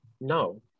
no